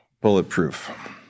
Bulletproof